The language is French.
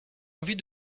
envie